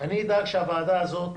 אני אדאג שהוועדה הזאת